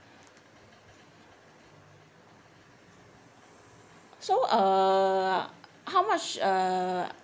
so uh how much uh